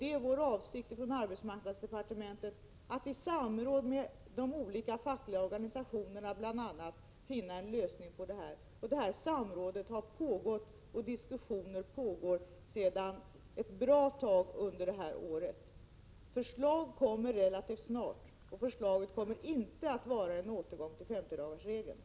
Det är vår avsikt från arbetsmarknadsdepartementet att i samråd med bl.a. de olika fackliga organisationerna finna en lösning på problemet. Ett sådant samråd har ägt rum och diskussioner har pågått ett bra tag under detta år. Förslag kommer att läggas fram relativt snart. Det förslaget kommer inte att innebära en återgång till 50-dagarsregeln.